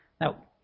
Now